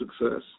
success